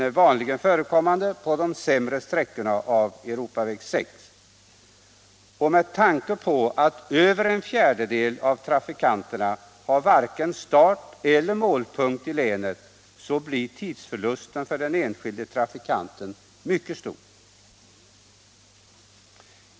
är vanligen förekommande på de sämre sträckorna av E 6. Med tanke på att över en fjärdedel av trafikanterna har varken start eller målpunkt i länet blir tidsförlusten för den enskilde trafikanten mycket stor.